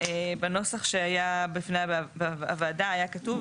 בנוסח שהיה בפני הוועדה היה כתוב,